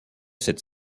cette